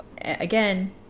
Again